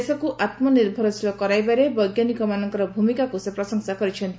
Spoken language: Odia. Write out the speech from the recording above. ଦେଶକୁ ଆତ୍ମନିର୍ଭରଶୀଳ କରାଇବାରେ ବୈଜ୍ଞାନିକମାନଙ୍କର ଭୂମିକାକୁ ସେ ପ୍ରଶଂସା କରିଛନ୍ତି